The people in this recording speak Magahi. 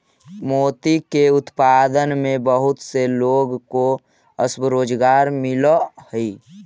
मोती के उत्पादन में बहुत से लोगों को स्वरोजगार मिलअ हई